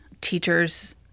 teachers